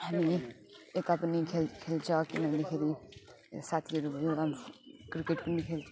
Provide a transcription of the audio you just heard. हामी यता पनि खे खेल्छ किनभने फेरि साथीहरू पनि राम्रो क्रिकेट पनि खेल्छ